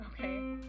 Okay